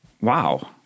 Wow